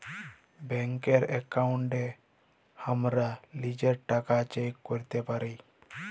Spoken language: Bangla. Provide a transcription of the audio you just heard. ব্যাংকের একাউন্টে হামরা লিজের টাকা চেক ক্যরতে পারি